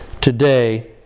today